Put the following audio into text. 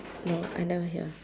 no I never hear